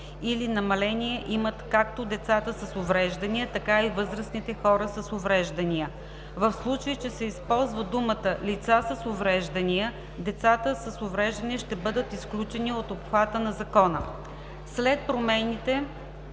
или намаление имат както децата с увреждания, така и възрастните хора с увреждания. В случай че се използва думата „лица с увреждания“, децата с увреждания ще бъдат изключени от обхвата на Закона. След промените